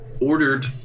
ordered